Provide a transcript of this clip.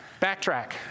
Backtrack